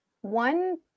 One